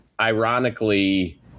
ironically